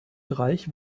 bereich